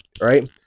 right